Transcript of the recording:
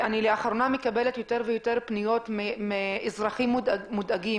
לאחרונה אני מקבלת יותר ויותר פניות מאזרחים מודאגים.